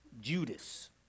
Judas